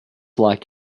lack